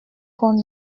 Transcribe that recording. qu’on